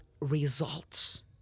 results